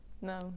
No